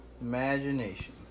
Imagination